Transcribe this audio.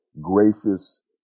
gracious